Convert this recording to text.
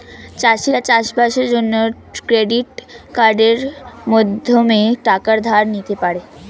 চাষিরা চাষবাসের জন্য ক্রেডিট কার্ডের মাধ্যমে টাকা ধার নিতে পারে